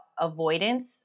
avoidance